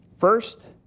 First